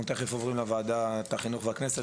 אנחנו תכף עוברים לוועדת החינוך והכנסת,